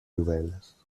ovelles